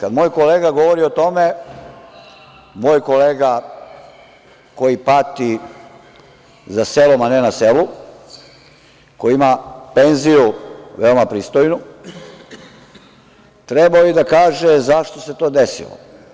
Kada moj kolega govori o tome, moj kolega koji pati za selom ali ne na selu, koji ima penziju veoma pristojnu, trebao je da kaže zašto se to desilo.